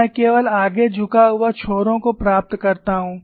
मैं केवल आगे झुका हुआ छोरों को प्राप्त करता हूं